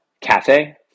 Cafe